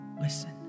Listen